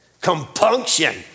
Compunction